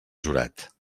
jurat